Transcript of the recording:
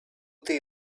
they